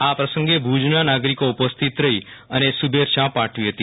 આ પ્રસંગે ભુજના નાગરીકો ઉપસ્થિત રહી અને શુભેચ્છાઓ પાઠવી હતી